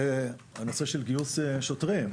זה הנושא של גיוס שוטרים,